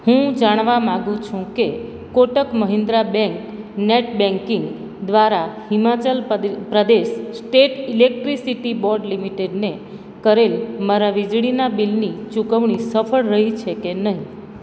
હું જાણવા માગું છું કે Kotak Mahindra bank net banking દ્વારા હિમાચલ પરદે પ્રદેશ સ્ટેટ ઇલેક્ટ્રિસિટી બોર્ડ લિમિટેડને કરેલ મારા વીજળીનાં બિલની ચુકવણી સફળ રહી છે કે નહીં